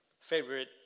favorite